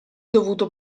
dovuto